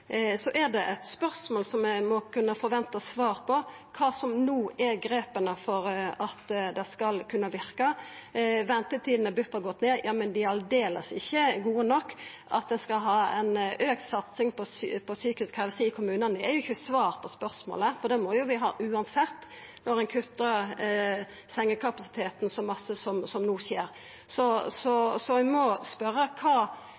det, er eit spørsmål som vi må kunna forventa svar på, kva som no er grepa som gjer at det skal kunna verka. Ventetidene i BUP har gått ned, ja, men dei er aldeles ikkje gode nok. At ein skal ha ei auka satsing på psykisk helse i kommunane, er jo ikkje svar på spørsmålet, for det må vi uansett ha når ein kuttar så mykje i sengekapasiteten, som no skjer. Vert det ikkje diskutert i det heile tatt blant regjeringspartia kva